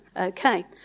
Okay